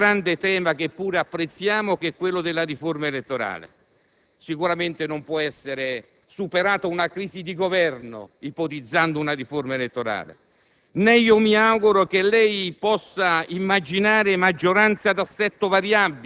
come sia inutile lanciare un'apertura solamente sul grande tema che pure apprezziamo, che è quello della riforma elettorale. Sicuramente non può essere superata una crisi di Governo ipotizzando una riforma elettorale,